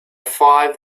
five